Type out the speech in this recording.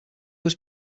was